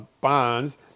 Bonds